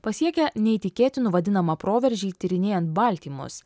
pasiekia neįtikėtinu vadinamą proveržį tyrinėjant baltymus